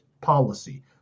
Policy